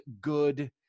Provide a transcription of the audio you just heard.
good